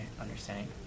understanding